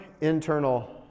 internal